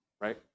right